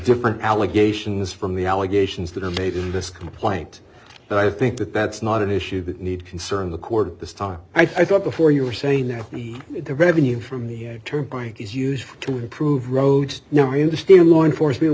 different allegations from the allegations that are made in this complaint but i think that that's not an issue that need concern the cord this time i thought before you were saying that the revenue from the turnpike is used to improve roads near interstate and law enforcement